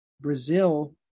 Brazil